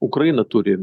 ukraina turi